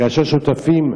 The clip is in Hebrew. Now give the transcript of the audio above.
כאשר שותפים,